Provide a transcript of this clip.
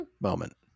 moment